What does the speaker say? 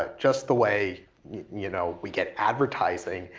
ah just the way you know we get advertising.